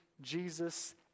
Jesus